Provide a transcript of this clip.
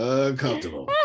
uncomfortable